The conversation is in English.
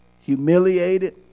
humiliated